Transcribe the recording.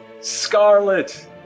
Scarlet